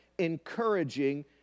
encouraging